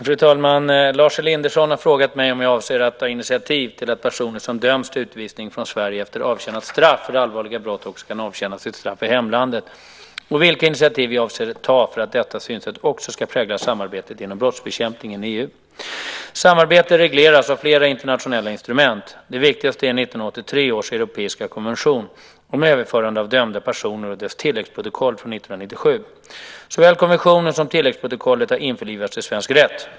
Fru talman! Lars Elinderson har frågat mig om jag avser att ta initiativ till att personer som döms till utvisning från Sverige efter avtjänat straff för allvarliga brott också kan avtjäna sitt straff i hemlandet och vilka initiativ jag avser att ta för att detta synsätt också ska prägla samarbetet inom brottsbekämpningen i EU. Samarbetet regleras av flera internationella instrument. De viktigaste är 1983 års europeiska konvention om överförande av dömda personer och dess tilläggsprotokoll från 1997. Såväl konventionen som tilläggsprotokollet har införlivats i svensk rätt.